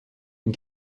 une